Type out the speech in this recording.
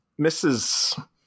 Mrs. –